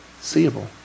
seeable